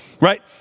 right